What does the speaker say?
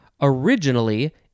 originally